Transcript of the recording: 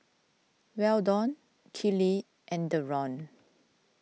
Weldon Kiley and Deron